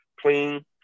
clean